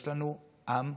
יש לנו עם אחד.